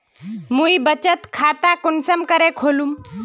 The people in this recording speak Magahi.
मुई बचत खता कुंसम करे खोलुम?